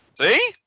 See